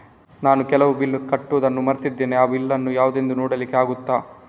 ನಾನು ಕೆಲವು ಬಿಲ್ ಕಟ್ಟಲು ಮರ್ತಿದ್ದೇನೆ, ಆ ಬಿಲ್ಲುಗಳು ಯಾವುದೆಂದು ನೋಡ್ಲಿಕ್ಕೆ ಆಗುತ್ತಾ?